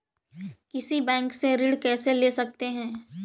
किसी बैंक से ऋण कैसे ले सकते हैं?